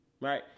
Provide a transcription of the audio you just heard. right